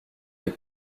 les